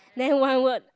then one word